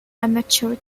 amateur